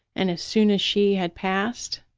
and as soon as she had passed,